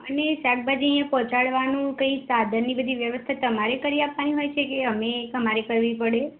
અને શાકભાજી અહીં પહોંચાડવાનું કંઈ સાધનની બધી વ્યવસ્થા તમારે કરી આપવાની હોય છે કે અમે અમારે કરવી પડે